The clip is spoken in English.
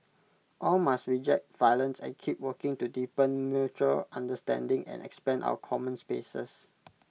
all must reject violence and keep working to deepen mutual understanding and expand our common spaces